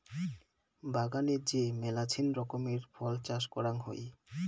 বাগানে যে মেলাছেন রকমের ফল চাষ করাং হই